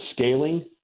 scaling